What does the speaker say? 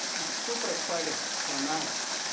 we're super excited to announce